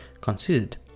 considered